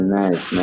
nice